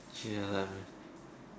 ya that man